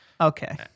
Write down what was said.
Okay